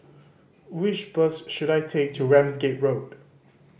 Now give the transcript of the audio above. which bus should I take to Ramsgate Road